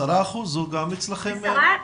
גם אצלכם מדובר ב-10 אחוזים?